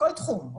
כל תחום.